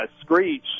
Screech